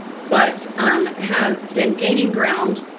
but um, has been gaining ground,